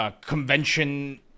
convention